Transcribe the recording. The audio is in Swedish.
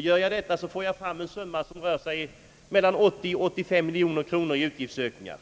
Gör jag detta, får jag fram en summa som rör sig mellan 80 och 85 miljoner kronor i utgiftsökningar.